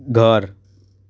ઘર